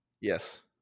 Yes